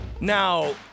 now